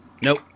Nope